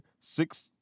six